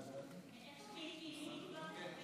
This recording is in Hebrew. הצעת ועדת